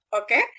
okay